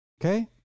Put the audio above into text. Okay